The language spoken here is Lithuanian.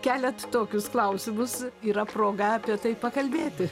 keliate tokius klausimus yra proga apie tai pakalbėti